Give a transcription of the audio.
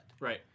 right